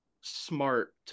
smart